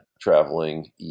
traveling